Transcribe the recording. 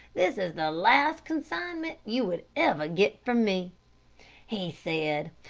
this is the last consignment you would ever get from me he said,